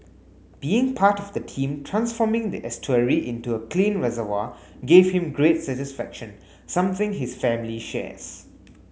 being part of the team transforming the estuary into a clean reservoir gave him great satisfaction something his family shares